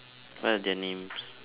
what are their names